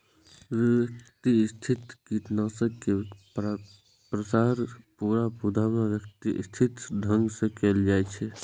व्यवस्थित कीटनाशक के प्रसार पूरा पौधा मे व्यवस्थित ढंग सं कैल जाइ छै